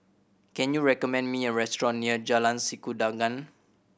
can you recommend me a restaurant near Jalan Sikudangan